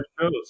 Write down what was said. shows